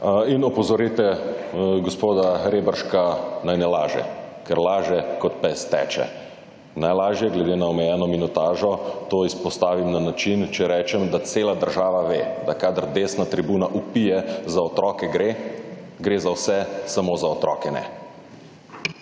in opozorite gospoda Reberška, naj ne laže. Ker laže kot pes teče. Naj lažje glede na omejeno minutažo to izpostavim na način, če rečem, da cela država ve, da kadar desna tribuna vpije Za otroke gre!, gre za vse samo za otroke ne.